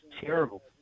terrible